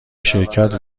شرکت